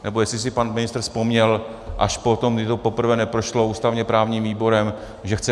Nebo jestli si pan ministr vzpomněl až potom, kdy to poprvé neprošlo ústavněprávním výborem, že chce pomáhat.